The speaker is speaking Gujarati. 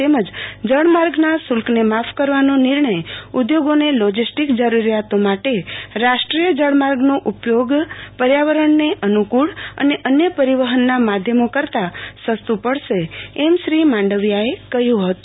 તેમજ જળમાગના શુલ્કને માફ કરવા નાં નિર્ણય ઉધોગોને લોજીસ્ટીક જરૂરિયાતો માટે રાષ્ટ્રીય જળમાર્ગનો ઉપયોગ પર્યાવરણને અનુકુળ અને અન્ય પરિવહનના માધ્યમો કરતાં સસ્ત્રં પડશે એમ શ્રી માંડવીઆઅ જણાવ્યું હતું